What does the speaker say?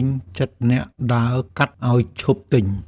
ញចិត្តអ្នកដើរកាត់ឱ្យឈប់ទិញ។